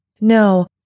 no